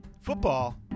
football